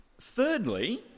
Thirdly